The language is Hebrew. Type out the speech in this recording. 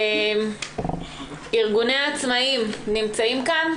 ארגוני העצמאים נמצאים כאן?